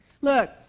Look